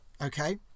okay